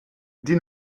die